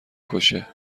کشه